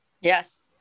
Yes